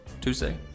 Tuesday